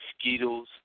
mosquitoes